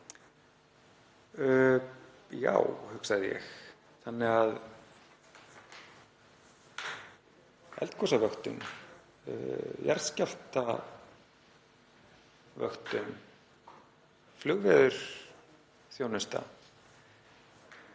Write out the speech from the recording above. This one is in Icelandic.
Já, hugsaði ég. Þannig að eldgosavöktun, jarðskjálftavöktun, flugveðursþjónusta.